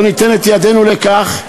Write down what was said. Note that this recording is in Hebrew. לא ניתן את ידנו לכך.